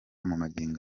magingo